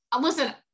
listen